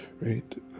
right